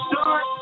Start